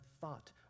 thought